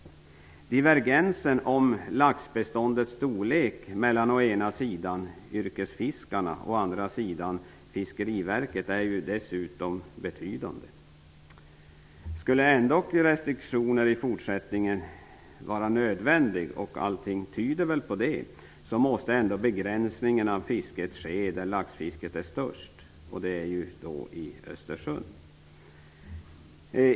Divergensen i uppfattningar om laxbeståndets storlek mellan å ena sidan yrkesfiskarna och å andra sidan Fiskeriverket är dessutom betydande. Skulle ändock restriktioner vara nödvändiga i fortsättningen -- och allt tyder väl på det -- måste begränsningen av fisket ske där laxfisket är störst, nämligen i Östersjön.